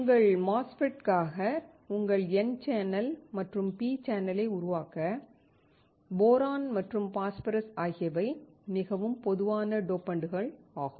உங்கள் MOSFET க்காக உங்கள் N சேனல் மற்றும் P சேனலை உருவாக்க போரான் மற்றும் பாஸ்பரஸ் ஆகியவை மிகவும் பொதுவான டோபண்டுகள் ஆகும்